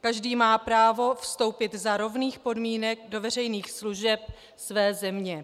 Každý má právo vstoupit za rovných podmínek do veřejných služeb své země.